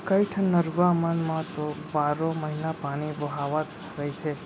कइठन नरूवा मन म तो बारो महिना पानी बोहावत रहिथे